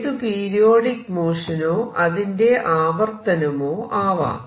ഏതു പീരിയോഡിക് മോഷനോ അതിന്റെ ആവർത്തനമോ ആവാം